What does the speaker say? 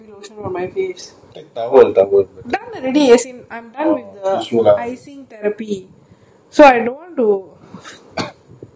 done already as in I'm done with the icing therapy so I don't want to you know further okay like for example let me show you